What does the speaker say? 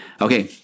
Okay